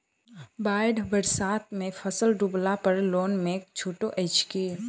बाढ़ि बरसातमे फसल डुबला पर लोनमे छुटो अछि की